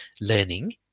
learning